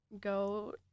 go